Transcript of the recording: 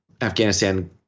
Afghanistan